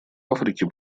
африке